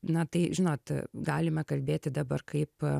na tai žinot galima kalbėti dabar kaip